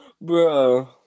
Bro